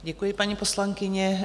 Děkuji, paní poslankyně.